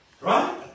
Right